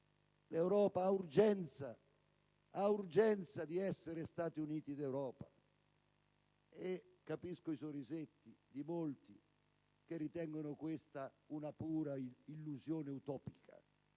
L'Europa ha urgenza di essere Stati Uniti d'Europa. Capisco i sorrisetti di molti che ritengono questa una pura illusione utopica.